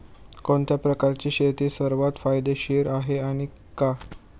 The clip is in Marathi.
कोणत्या प्रकारची शेती सर्वात किफायतशीर आहे आणि का?